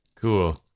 Cool